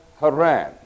Haran